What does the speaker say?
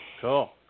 Cool